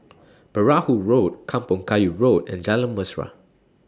Perahu Road Kampong Kayu Road and Jalan Mesra